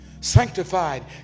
sanctified